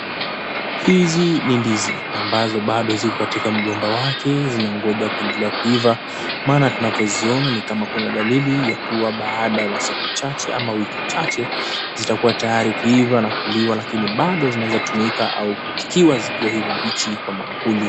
Hizi ni ndizi ambazo bado ziko katika mgomba wake zinangonja kuendelea kuiva maana tunavyoziona ni kama kuna dalili ya kuwa baada ya siku chache ama wiki chache zitakua tayari kuiva na kuliwa lakini bado zinaezatumika au kupikiwa zikiwa hivo mbichi kwa maankuli.